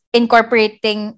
incorporating